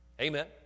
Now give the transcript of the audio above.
Amen